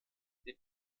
den